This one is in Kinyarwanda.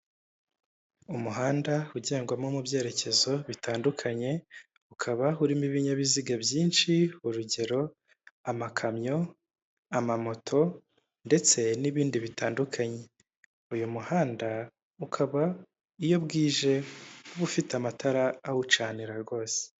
Umuhanda ugendwamo mu byerekezo bitandukanye ukaba urimo ibinyabiziga byinshi urugero amakamyo, amamoto ndetse n'ibindi bitandukanye. Uyu muhanda ukaba iyo bwije uba ufite amatara awucanira rwose.